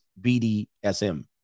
BDSM